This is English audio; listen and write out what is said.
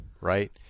right